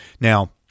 Now